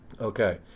okay